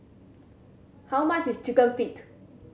how much is Chicken Feet